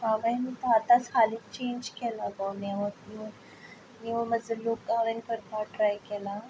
हांवें आतांच हालींच चेन्ज केला गो नेवोब नीव म्हजो लूक हांवें करपाक ट्राय केला